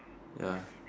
ya